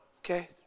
Okay